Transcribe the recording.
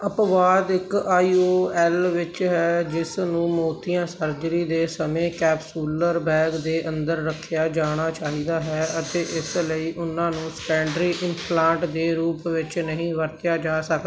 ਅਪਵਾਦ ਇੱਕ I O L ਵਿੱਚ ਹੈ ਜਿਸ ਨੂੰ ਮੋਤੀਆ ਸਰਜਰੀ ਦੇ ਸਮੇਂ ਕੈਪਸੂਲਰ ਬੈਗ ਦੇ ਅੰਦਰ ਰੱਖਿਆ ਜਾਣਾ ਚਾਹੀਦਾ ਹੈ ਅਤੇ ਇਸ ਲਈ ਉਨ੍ਹਾਂ ਨੂੰ ਸੈਕੰਡਰੀ ਇੰਪਲਾਂਟ ਦੇ ਰੂਪ ਵਿੱਚ ਨਹੀਂ ਵਰਤਿਆ ਜਾ ਸਕਦਾ